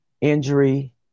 injury